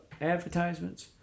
advertisements